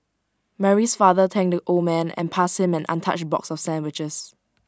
Mary's father thanked the old man and passed him an untouched box of sandwiches